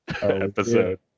episode